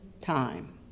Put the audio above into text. time